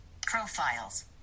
Profiles